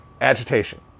agitation